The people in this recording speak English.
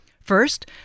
First